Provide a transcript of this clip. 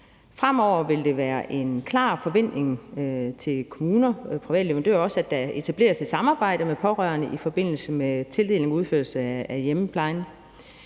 Fremover vil det være en klar forventning til kommuner og også private leverandører, at der etableres et samarbejde med pårørende i forbindelse med tildeling og udførelse af hjemmeplejen,